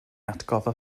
atgoffa